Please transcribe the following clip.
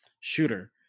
shooter